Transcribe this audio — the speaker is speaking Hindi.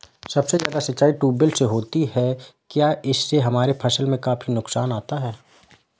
सबसे ज्यादा सिंचाई ट्यूबवेल से होती है क्या इससे हमारे फसल में काफी नुकसान आता है?